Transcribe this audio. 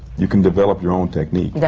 you can develop your own technique,